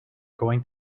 going